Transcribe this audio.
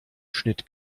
schnitt